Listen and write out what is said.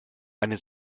eine